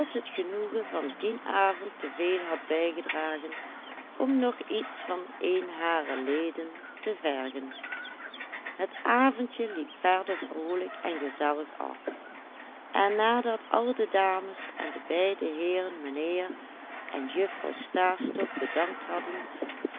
het genoegen van dien avond te veel had bijgedragen om nog iets van een harer leden te vergen het avondje liep verder vroolijk en gezellig af en nadat al de dames en de beide heeren mijnheer en juffrouw stastok bedankt hadden